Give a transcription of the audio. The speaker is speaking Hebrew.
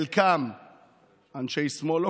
חלקם אנשי שמאל,